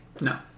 No